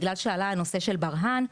בגלל שעלה הנושא של ברה"ן,